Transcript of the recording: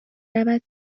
رود